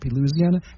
Louisiana